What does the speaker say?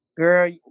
girl